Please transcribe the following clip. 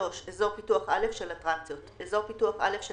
אזור פיתוח א' של אטרקציות אזור פיתוח א' של